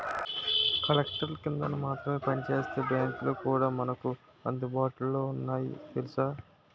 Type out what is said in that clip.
కలెక్టర్ల కిందన మాత్రమే పనిచేసే బాంకులు కూడా మనకు అందుబాటులో ఉన్నాయి తెలుసా